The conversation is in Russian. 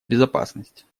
безопасность